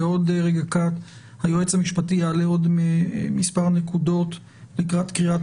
היועץ המשפטי יעלה עוד מספר נקודות לקראת קריאת